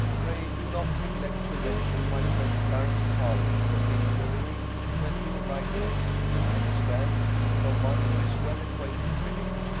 pray do not neglect to mention my friend clarence hervey particularly when you write next. i understand from one who is well acquainted with him,